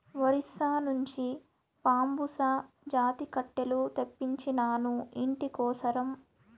ఒరిస్సా నుంచి బాంబుసా జాతి కట్టెలు తెప్పించినాను, ఇంటి కోసరం